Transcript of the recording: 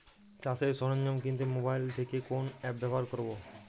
চাষের সরঞ্জাম কিনতে মোবাইল থেকে কোন অ্যাপ ব্যাবহার করব?